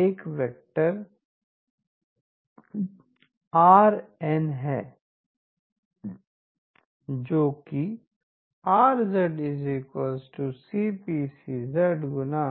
1 vector एनx1 vector r n R N है जोकि R Cpc X होगा